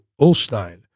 Ulstein